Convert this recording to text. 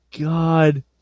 god